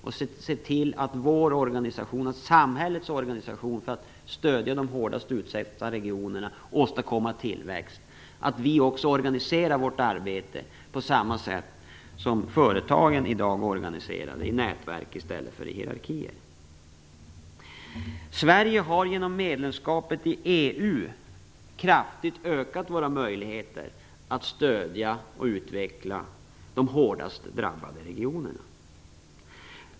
Vi måste se till att samhällets verksamhet för att stödja de hårdast utsatta regionerna och åstadkomma tillväxt också organiseras på samma sätt som företagen i dag är organiserade, i nätverk i stället för i hierarkier. Sverige har genom medlemskapet i EU kraftigt ökat sina möjligheter att stödja och utveckla de hårdast drabbade regionerna.